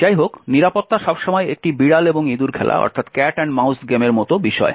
যাইহোক নিরাপত্তা সবসময় একটি 'বিড়াল এবং ইঁদুর খেলা'র মত বিষয়